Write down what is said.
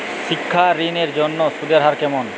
শিক্ষা ঋণ এর জন্য সুদের হার কেমন?